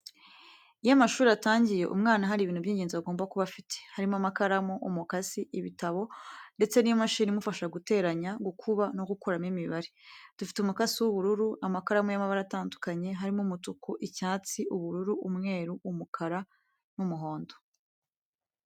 Iyo amashuri atangiye umwana hari ibintu by'ingenzi agomba kuba afite, harimo amakaramu, umukasi, ibitabo ndetse n'imashini imufasha guteranya, gukuba no gukuramo imibare, dufite umukasi w'ubururu, amakaramu y'amabara atandukanye harimo: umutuku, icyatsi, ubururu, umweru, umukara n'umuhondo.